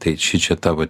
tai šičia tavo